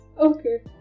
okay